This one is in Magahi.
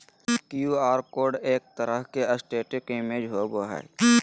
क्यू आर कोड एक तरह के स्टेटिक इमेज होबो हइ